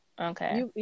Okay